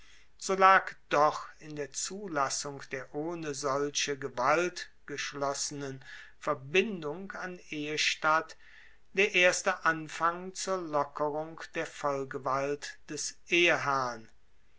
so lag doch in der zulassung der ohne solche gewalt geschlossenen verbindung an ehestatt der erste anfang zur lockerung der vollgewalt des